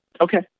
Okay